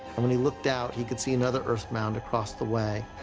and, when he looked out, he could see another earth mound across the way.